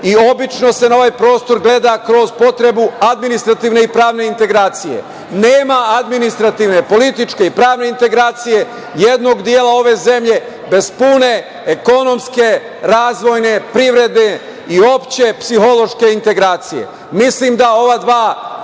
i obično se na ovaj prostor gleda kroz potrebu administrativne i pravne integracije. Nema administrativne, političke i pravne integracije jednog dela ove zemlje, bez pune ekonomske razvojne privrede i uopšte, psihološke integracije. Mislim da ova dva